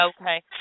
Okay